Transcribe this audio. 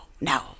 no